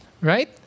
Right